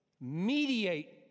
mediate